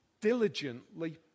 diligently